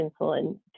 insulin